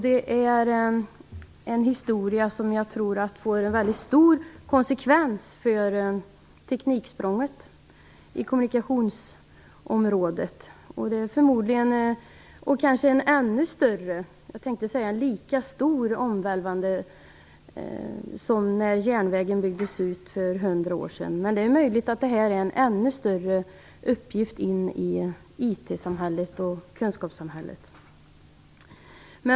Jag tror att det får mycket stora konsekvenser för tekniksprånget på kommunikationsområdet. Detta är lika omvälvande som när järnvägen byggdes ut för hundra år sedan. Men det är möjligt att detta är en ännu större uppgift in i IT-samhället och kunskapssamhället.